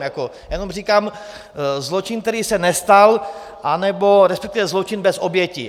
Já jenom říkám, zločin, který se nestal, respektive zločin bez oběti.